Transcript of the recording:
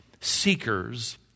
seekers